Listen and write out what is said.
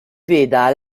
veda